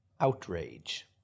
Outrage